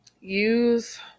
use